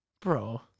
Bro